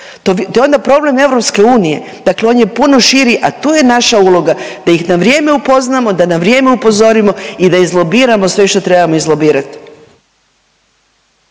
To je onda problem EU, dakle on je puno širi, a tu je naša uloga, da ih na vrijeme upoznamo, da na vrijeme upozorimo i da izlobiramo sve što trebamo izlobirati.